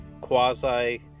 quasi